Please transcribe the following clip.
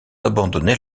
abandonner